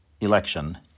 election